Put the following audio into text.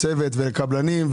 צוות וקבלנים.